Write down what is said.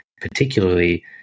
particularly